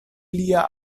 lian